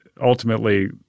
ultimately –